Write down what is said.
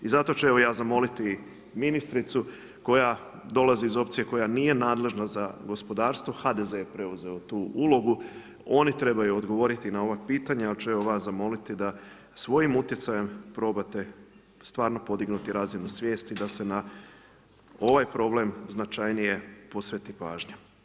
I zato ću ja evo zamoliti ministricu koja dolazi iz opcije koja nije nadležna za gospodarstvo, HDZ je preuzeo tu ulogu, oni trebaju odgovoriti na ova pitanja, ali ću evo vas zamoliti da svojim utjecajem probate stvarno podignuti razinu svijesti da se na ovaj problem značajnije posveti pažnja.